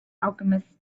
alchemist